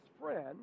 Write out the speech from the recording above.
friend